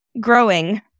Growing